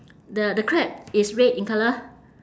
the the crab is red in colour